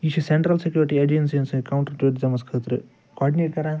یہِ چھُ central security ایجنسین سۭتۍ کَونٛٹر ٹیٛوٗرِزِمس خٲطرٕ کاڈنیٹ کَران